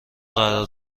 قرار